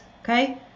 Okay